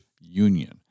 union